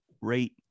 rate